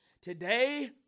Today